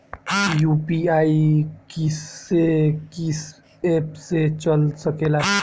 UPI किस्से कीस app से चल सकेला?